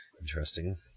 Interesting